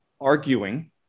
arguing